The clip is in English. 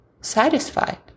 satisfied